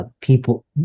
people